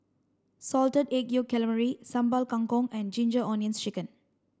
salted egg yolk calamari Sambal Kangkong and ginger onions chicken